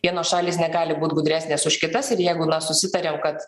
vienos šalys negali būti gudresnės už kitas ir jeigu na susitarėm kad